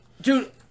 dude